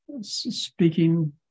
speaking